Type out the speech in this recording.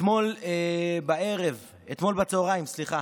אתמול בערב, אתמול בצוהריים, סליחה,